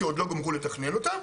כי עוד לא גמרו לתכנן אותה,